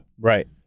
Right